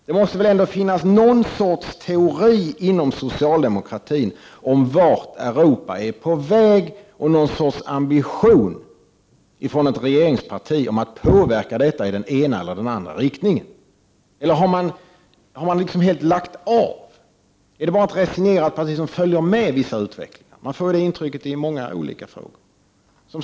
Det måste väl ändå finnas någon sorts teori inom socialdemokratin om vart Europa är på väg och någon sorts ambition från regeringspartiet om att påverka detta i den ena eller andra riktningen — eller har man liksom helt lagt av? Är det bara att resignera och passivt följa med i vissa utvecklingar? Man får ju det intrycket i många olika frågor.